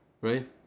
right